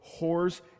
whores